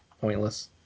pointless